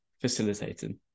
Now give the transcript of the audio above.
facilitating